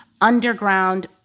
underground